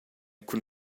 cun